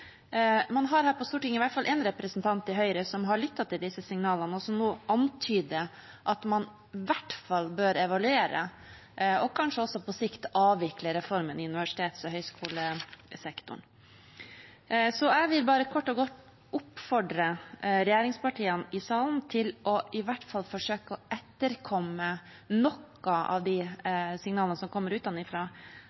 Man har her på Stortinget i hvert fall én representant i Høyre som har lyttet til disse signalene, og som nå antyder at man i hvert fall bør evaluere og kanskje også på sikt avvikle reformen i universitets- og høyskolesektoren. Jeg vil bare kort og godt oppfordre regjeringspartiene i salen til i hvert fall å forsøke å etterkomme noen av de